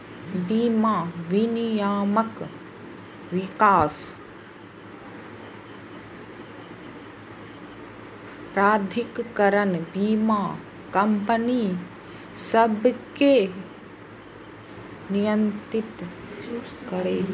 बीमा विनियामक विकास प्राधिकरण बीमा कंपनी सभकें नियंत्रित करै छै